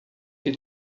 que